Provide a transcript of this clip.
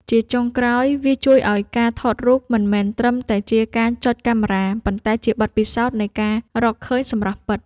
ជាចុងក្រោយ វាជួយឱ្យការថតរូបមិនមែនត្រឹមតែជាការចុចកាមេរ៉ា ប៉ុន្តែជាបទពិសោធន៍នៃការរកឃើញសម្រស់ពិត។